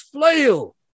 flail